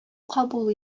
кабул